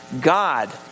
God